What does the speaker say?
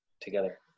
together